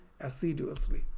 assiduously